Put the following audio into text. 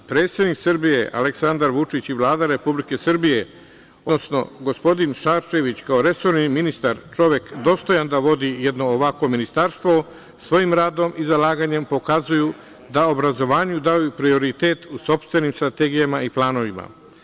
Predsednik Srbije Aleksandar Vučić i Vlada Republike Srbije, odnosno gospodin Šarčević kao resorni ministar, čovek dostojan da vodi jedno ovakvo ministarstvo, svojim radom i zalaganjem pokazuju da obrazovanju daju prioritet u sopstvenim strategijama i planovima.